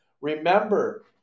Remember